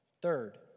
Third